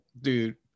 dude